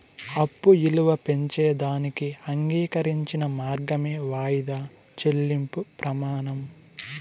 అప్పు ఇలువ పెంచేదానికి అంగీకరించిన మార్గమే వాయిదా చెల్లింపు ప్రమానం